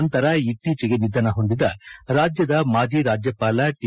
ನಂತರ ಇತ್ತೀಚೆಗೆ ನಿಧನ ಹೊಂದಿದ ರಾಜ್ಯದ ಮಾಜಿ ರಾಜ್ಯವಾಲ ಟಿ